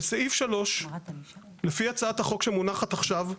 בסעיף 3 לפי הצעת החוק שמונחת עכשיו,